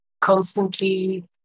constantly